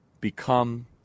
become